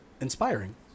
inspiring